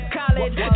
college